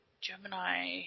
Gemini